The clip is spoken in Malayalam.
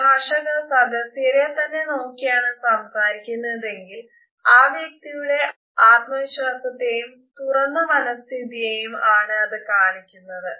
പ്രഭാഷക സദസ്യരെത്തന്നെ നോക്കിയാണ് സംസാരിക്കുന്നതെങ്കിൽ ആ വ്യക്തിയുടെ ആത്മവിശ്വാസത്തെയും തുറന്ന മനസ്ഥിതിയെയും ആണ് അത് കാണിക്കുന്നത്